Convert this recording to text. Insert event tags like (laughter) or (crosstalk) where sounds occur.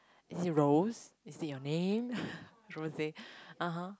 is it Rose is it your name (laughs) Rose (uh huh)